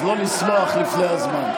אז לא לשמוח לפני הזמן.